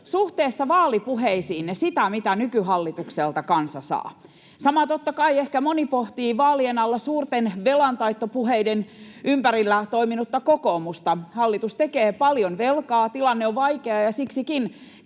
suhteessa vaalipuheisiinne sitä, mitä nykyhallitukselta kansa saa. Samaa, totta kai, ehkä moni pohtii vaalien alla suurten velantaittopuheiden ympärillä toimineesta kokoomuksesta. Hallitus tekee paljon velkaa, tilanne on vaikea, ja siksikin